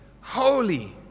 holy